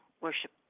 worship